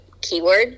keyword